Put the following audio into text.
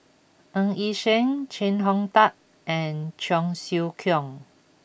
Ng Yi Sheng Chee Hong Tat and Cheong Siew Keong